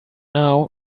now